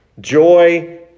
Joy